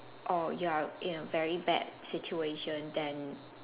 oh ya in a very bad situation then